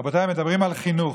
רבותיי, מדברים על חינוך.